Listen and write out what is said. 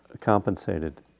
compensated